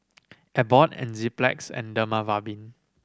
Abbott Enzyplex and Dermaveen